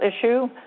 issue